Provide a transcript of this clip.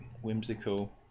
whimsical